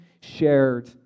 shared